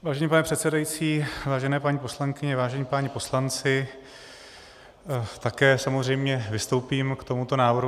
Vážený pane předsedající, vážené paní poslankyně, vážení páni poslanci, také samozřejmě vystoupím k tomuto návrhu.